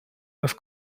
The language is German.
das